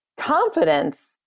confidence